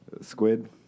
Squid